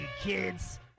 kids